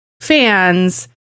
fans